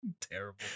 Terrible